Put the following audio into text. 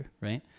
right